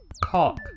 Cock